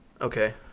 Okay